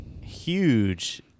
huge